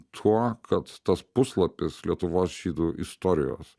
tuo kad tas puslapis lietuvos žydų istorijos